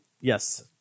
Yes